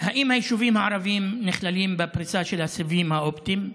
האם היישובים הערביים נכללים בפריסה של הסיבים האופטיים?